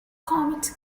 comet